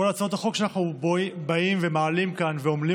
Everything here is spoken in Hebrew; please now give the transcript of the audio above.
כל הצעות החוק שאנחנו באים ומעלים כאן ועמלים